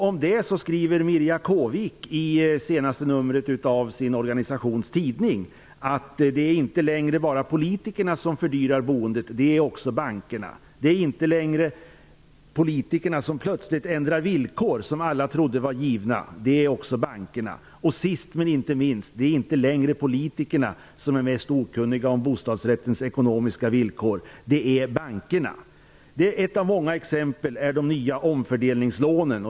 Om detta skriver Mirja Kvaavik i senaste numret av sin organisations tidning: ''Det är inte längre bara politikerna som fördyrar boendet, det är också bankerna. Det är inte längre politikerna som plötsligt ändrar i villkor som alla trodde var givna, det är bankerna. Och sist men inte minst, det är inte längre politikerna som är mest okunniga om bostadsrättens ekonomiska villkor, det är bankerna. Ett av många exempel är de nya omfördelningslånen.''